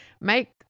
make